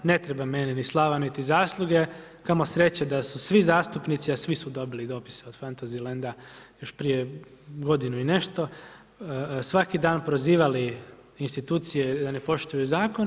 Ne treba meni niti slava niti zasluge, kamo sreće da su svi zastupnici, a svi su dobili dopis od Fantazi land još prije godinu i nešto, svaki dan prizvali institucije da ne poštuju zakone.